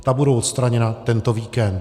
Ta budou odstraněna tento víkend.